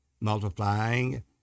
multiplying